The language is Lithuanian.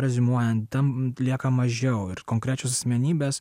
reziumuojant tam lieka mažiau ir konkrečios asmenybės